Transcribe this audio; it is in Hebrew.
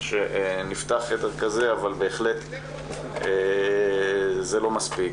שנפתח חדר כזה, אבל בהחלט זה לא מספיק.